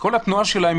כל התנועה שלהם,